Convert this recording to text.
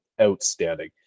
outstanding